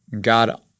God